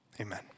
amen